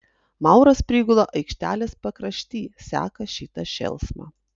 mauras prigula aikštelės pakrašty seka šitą šėlsmą